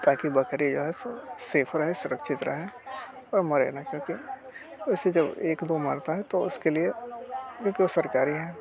ताकि बकरियाँ सेफ़ रहे सुरक्षित रहे और मरे नहीं क्योंकि उसे जब एक दो मारता है तो उसके लिए बिल्कुल सरकारी है